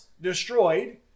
destroyed